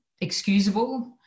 excusable